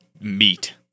meat